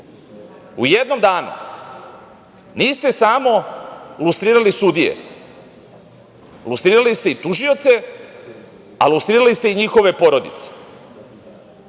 U jednom danu niste samo lustrirali sudije, lustrirali ste i tužioce, a lustrirali ste i njihove porodice. Taj